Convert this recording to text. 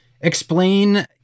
explain